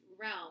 realm